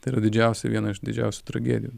tai yra didžiausia ir viena iš didžiausių tragedijų